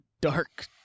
dark